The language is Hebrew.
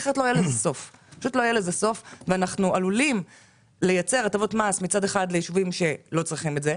אחרת אנחנו עלולים לייצר הטבות מס ליישובים שלא צריכים את זה,